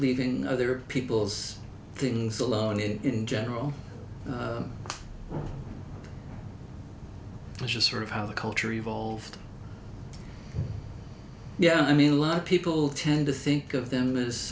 leading other people's things alone and in general which is sort of how the culture evolved yeah i mean a lot of people tend to think of them as